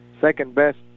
second-best